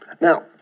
Now